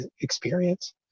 experience